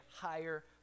higher